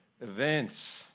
events